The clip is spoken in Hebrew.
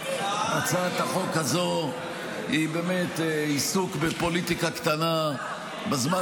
הצעת החוק הזאת היא עיסוק בפוליטיקה קטנה בזמן